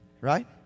right